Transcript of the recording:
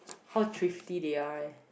how thrifty they are eh